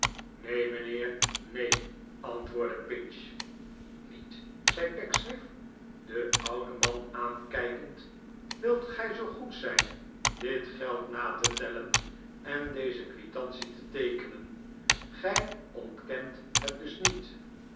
neen mijnheer neenl antwoordde pinch ft niet zei pecksniff den ouden man aankijkend wilt gij zoo goed zijn dit geld na te tellen en deze quitantie te teekenen gij ontkent net dus niet